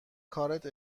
کارت